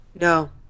No